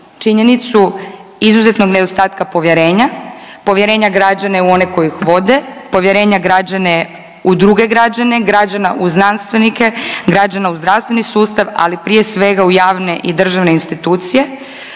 činjenicu izuzetnog nedostatka povjerenja, povjerenja građane u one koji ih vode, povjerenja građane u druge građane, građana u znanstvenike, građana u zdravstveni sustav, ali prije svega u javne i državne institucije.